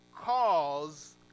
cause